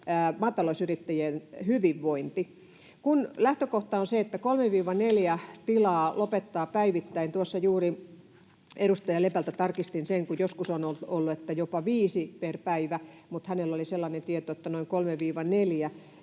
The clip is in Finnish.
maatalousyrittäjien hyvinvointi. Kun lähtökohta on se, että kolme—neljä tilaa lopettaa päivittäin — tuossa juuri edustaja Lepältä tarkistin, kun joskus on ollut, että jopa viisi per päivä, mutta hänellä oli sellainen tieto, että noin